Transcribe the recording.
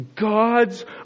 God's